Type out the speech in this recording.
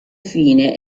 fine